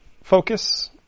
focus